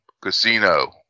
Casino